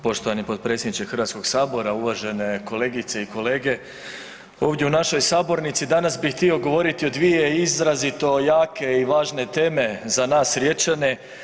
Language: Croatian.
Poštovani potpredsjedniče Hrvatskog sabora, uvažene kolegice i kolege ovdje u našoj sabornici danas bi htio govoriti o dvije izrazito jake i važne teme za nas Riječane.